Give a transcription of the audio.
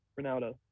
Ronaldo